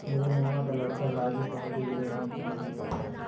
मेरे मामा का लड़का राजेश भारतीय रिजर्व बैंक में नौकरी करता है